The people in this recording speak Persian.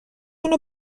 اونو